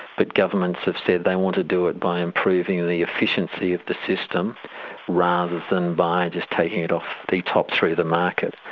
but governments have said they want to do it by improving the efficiency of the system rather than by just taking it off the top through the market.